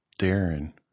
Darren